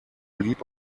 beliebt